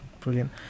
Brilliant